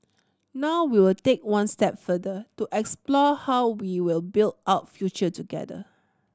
now we will take one step further to explore how we will build out future together